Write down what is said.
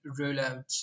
rollouts